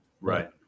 Right